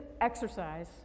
exercise